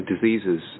diseases